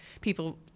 people